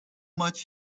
much